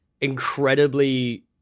incredibly